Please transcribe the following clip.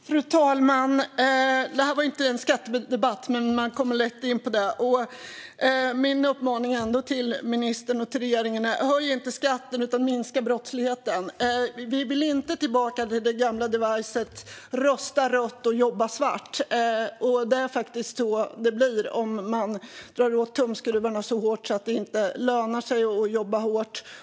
Fru talman! Detta var inte en skattedebatt, men man kommer lätt in på det. Min uppmaning till ministern och regeringen är ändå: Höj inte skatten, utan minska brottsligheten! Vi vill inte tillbaka till den gamla devisen att man ska rösta rött och jobba svart. Det är faktiskt så det blir om tumskruvarna dras åt så mycket att det inte lönar sig att jobba hårt.